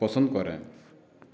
ପସନ୍ଦ କରେ